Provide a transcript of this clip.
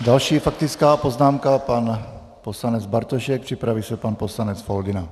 Další faktická poznámka pan poslanec Bartošek, připraví se pan poslanec Foldyna.